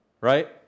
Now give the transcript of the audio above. right